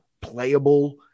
playable